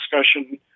discussion